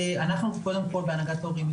בהנהגת ההורים,